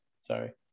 Sorry